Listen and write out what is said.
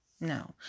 no